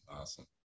Awesome